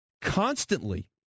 constantly